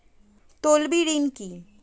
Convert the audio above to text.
তলবি ঋণ কি?